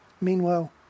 Meanwhile